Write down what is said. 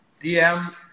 DM